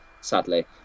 sadly